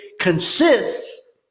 consists